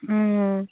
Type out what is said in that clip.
ꯎꯝ